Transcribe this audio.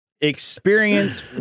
experience